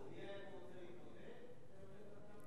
הוא הודיע לאותו כתב אם הוא רוצה להתמודד?